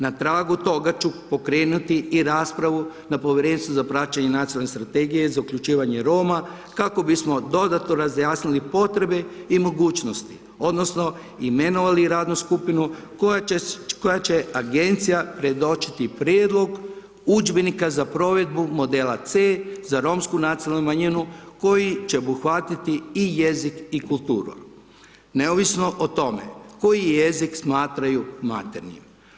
Na tragu toga ću pokrenuti i raspravu na Povjerenstvu za praćenje nacionalne strategije za uključivanje Roma, kako bismo dodatno razjasnili potrebe i mogućnosti, odnosno imenovali radnu skupinu koja će agencija predočiti prijedlog udžbenika za provedbu modela C za romsku nacionalnu manjinu koji će obuhvatiti i jezik i kulturu, neovisno o tome koji jezik smatraju materinjim.